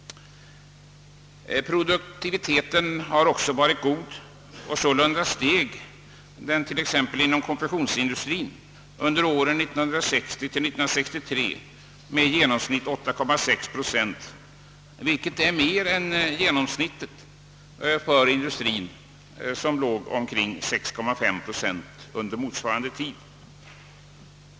Produktiviteten har även varit god. Den steg inom konfektionsindustrien under åren 1960—1963 med i genomsnitt 8,6 procent, vilket är mer än genomsnittet för industrien i allmänhet, som låg vid ungefär 6,5 procent under samma tid.